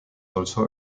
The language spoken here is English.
also